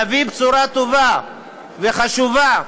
להביא בשורה טובה וחשובה